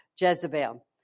Jezebel